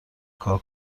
کار